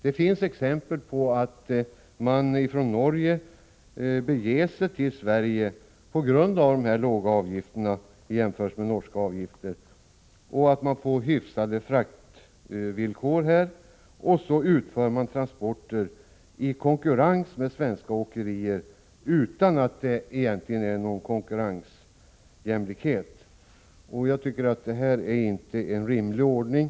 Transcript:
Det finns exempel på att man från Norge beger sig till Sverige på grund av de jämförelsevis låga avgifterna i Sverige. Man får hyfsade fraktvillkor, och så utför man transporter i konkurrens med svenska åkerier utan att det egentligen finns någon konkurrensjämlikhet. Det här är inte en rimlig ordning.